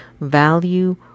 value